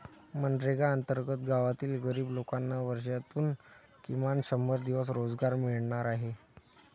मनरेगा अंतर्गत गावातील गरीब लोकांना वर्षातून किमान शंभर दिवस रोजगार मिळणार आहे